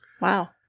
Wow